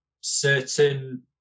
certain